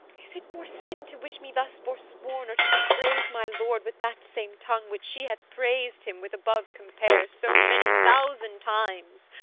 is it more sin to wish me thus forsworn, or to dispraise my lord with that same tongue which she hath prais'd him with above compare so many thousand times